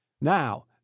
Now